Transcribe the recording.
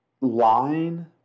Line